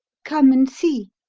come and see,